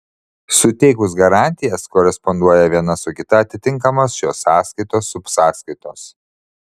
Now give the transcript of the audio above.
suteikus garantijas koresponduoja viena su kita atitinkamos šios sąskaitos subsąskaitos